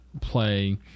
play